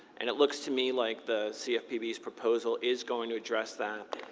and it looks to me like the cfpb's proposal is going to address that.